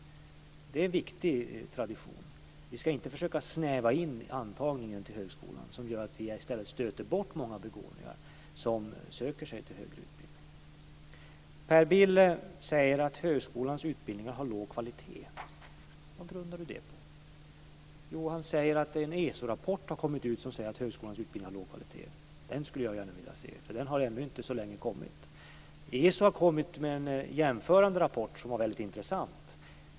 Det är en viktig tradition. Vi ska inte försöka snäva in antagningen till högskolan, något som gör att vi skulle stöta bort många begåvningar som söker sig till högre utbildning. Per Bill säger att högskolans utbildningar har låg kvalitet. Vad grundar han det på? Jo, han säger att det har kommit ut en ESO-rapport som säger att högskolans utbildning har låg kvalitet. Den skulle jag gärna vilja se, för den har ännu så länge inte kommit ut. ESO har avgivit en jämförande rapport som var väldigt intressant.